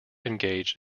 engaged